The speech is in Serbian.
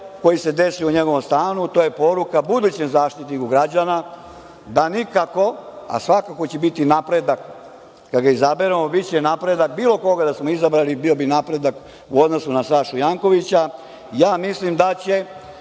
koji se desio u njegovom stanu je poruka budućem Zaštitniku građana da nikako, a svakako će biti napredak kada ga izaberemo, biće napredak, bilo koga da smo izabrali bio bi napredak u odnosu na Sašu Jankovića. Mislim da će